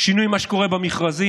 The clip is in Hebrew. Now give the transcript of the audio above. שינוי מה שקורה במכרזים,